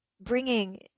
bringing